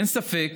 אין ספק